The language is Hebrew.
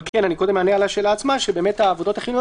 אבל כן אני קודם אענה על השאלה עצמה שבאמת העבודות החיוניות